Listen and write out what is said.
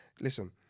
Listen